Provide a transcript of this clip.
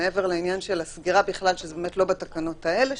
שמעבר לעניין של הסגירה בכלל שעלה פה שזה באמת לא בתקנות האלה,